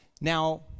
now